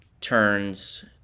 turns